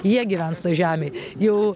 jie gyvens toj žemėj jau